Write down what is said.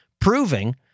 Proving